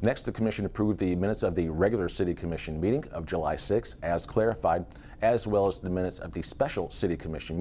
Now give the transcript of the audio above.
next the commission approved the minutes of the regular city commission meeting of july sixth as clarified as well as the minutes of the special city commission